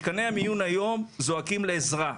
מתקני המיון היום זועקים לעזרה.